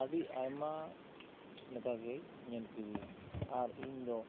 ᱟᱹᱰᱤ ᱟᱭᱢᱟ ᱞᱮᱠᱟ ᱜᱮᱧ ᱧᱮᱞ ᱠᱮᱫᱮᱭᱟ ᱟᱨ ᱤᱧ ᱫᱚ